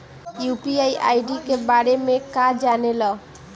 UPI ID के बारे में का जाने ल?